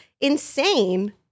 insane